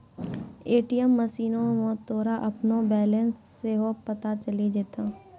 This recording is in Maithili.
ए.टी.एम मशीनो मे तोरा अपनो बैलेंस सेहो पता चलि जैतै